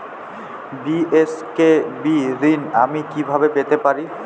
BSKB ঋণ আমি কিভাবে পেতে পারি?